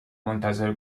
منتظر